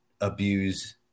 abuse